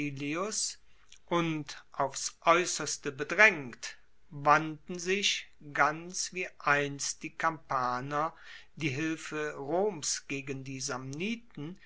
und aufs aeusserste bedraengt wandten sich ganz wie einst die kampaner die hilfe roms gegen die